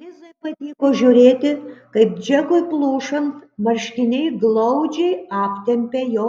lizai patiko žiūrėti kaip džekui plušant marškiniai glaudžiai aptempia jo